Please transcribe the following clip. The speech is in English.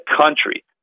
country